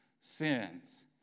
sins